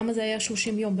למה זה היה 30 יום?